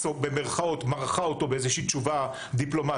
במרכאות, מרחה אותו באיזה שהיא תשובה דיפלומטית?